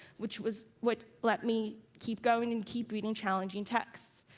which was what let me keep going and keep reading challenging texts.